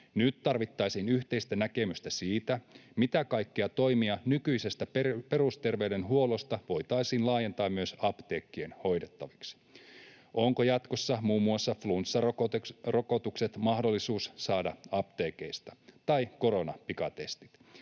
Nyt tarvittaisiin yhteistä näkemystä siitä, mitä kaikkia toimia nykyisestä perusterveydenhuollosta voitaisiin laajentaa myös apteekkien hoidettaviksi. Onko jatkossa muun muassa flunssarokotukset tai koronapikatestit